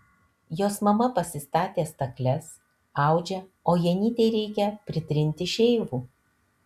jos mama pasistatė stakles audžia o janytei reikia pritrinti šeivų